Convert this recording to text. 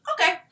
okay